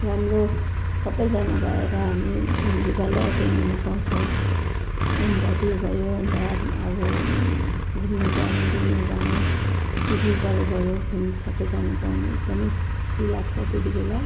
राम्रो सबैजना भएर हामी फेमिली डल्लै एटेन हुनु पाउँछौँ अन्त त्यो भयो अन्त अब घुम्नु जानु डुल्नु जानु पिकनिकहरू भयो फेमिली सबै जानु पाउनु एकदमै खुसी लाग्छ त्यतिबेला